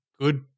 good